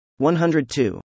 102